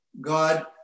God